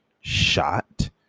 shot